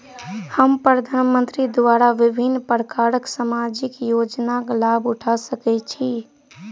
हम प्रधानमंत्री द्वारा विभिन्न प्रकारक सामाजिक योजनाक लाभ उठा सकै छी?